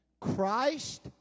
Christ